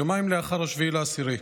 יומיים לאחר 7 באוקטובר,